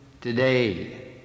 today